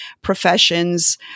professions